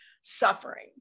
suffering